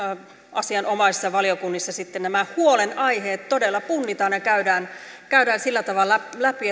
asianomaisissa valiokunnissa sitten nämä huolenaiheet todella punnitaan ja käydään käydään sillä tavalla läpi